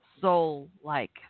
soul-like